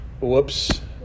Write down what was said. whoops